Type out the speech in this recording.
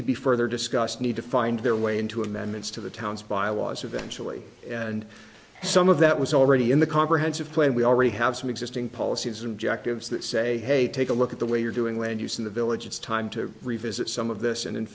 to be further discussed need to find their way into amendments to the town's byelaws eventually and some of that was already in the comprehensive plan we already have some existing policies injective that say hey take a look at the way you're doing land use in the village it's time to revisit some of this and in